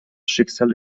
schicksal